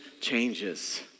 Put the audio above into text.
changes